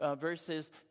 verses